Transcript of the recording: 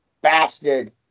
bastard